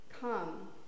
Come